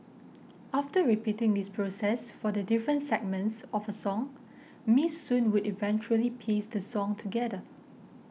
after repeating this process for the different segments of a song Miss Soon would eventually piece the song together